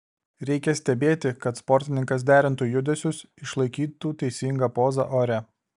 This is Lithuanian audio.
reikia stebėti kad sportininkas derintų judesius išlaikytų teisingą pozą ore